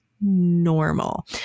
normal